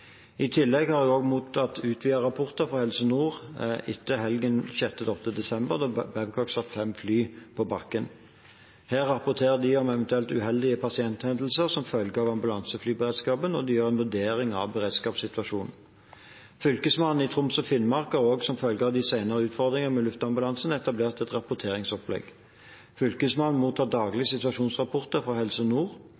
I tillegg har jeg også mottatt utvidede rapporter fra Helse Nord etter helgen 6.–8. desember, da Babcock satte fem fly på bakken. Her rapporterer de om eventuelle uheldige pasienthendelser som følge av ambulanseflyberedskapen, og de gjør en vurdering av beredskapssituasjonen. Fylkesmannen i Troms og Finnmark har også, som følge av de senere utfordringene med luftambulansen, etablert et rapporteringsopplegg. Fylkesmannen mottar